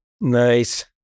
Nice